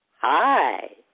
Hi